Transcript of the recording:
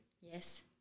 yes